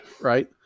right